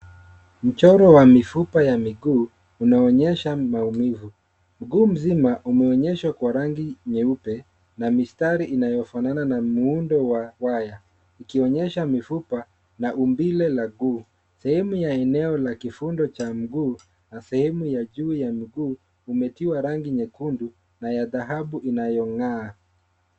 Mchoro wa mifupa ya miguu unaonyesha maumivu. Mguu mzima umeonyeshwa kwa rangi nyeupe na mistari inayofanana na muundo wa waya ikionyesha mifupa na umbile la guu. Sehemu ya eneo la kifundo cha mguu na sehemu ya juu ya mguu umetiwa rangi nyekundu na ya dhahabu inayong'aa.